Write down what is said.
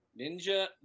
ninja